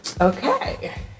Okay